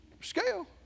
scale